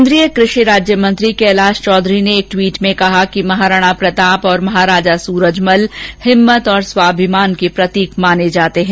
केन्द्रीय कृषि राज्यमंत्री कैलाश चौधरी ने एक ट्वीट कर कहा कि महाराणा प्रताप और महाराजा सूरजमल हिम्मत और स्वाभिमान के प्रतीक माने जाते हैं